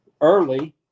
early